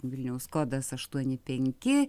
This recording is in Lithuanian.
vilniaus kodas aštuoni penki